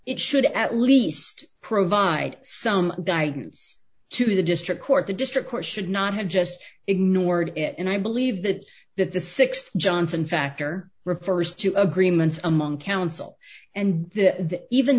it should at least provide some guidance to the district court the district court should not have just ignored it and i believe that that the six johnson factor refers to agreements among council and